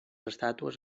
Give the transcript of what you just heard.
estàtues